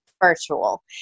virtual